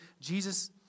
Jesus